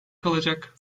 kalacak